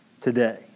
today